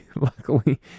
luckily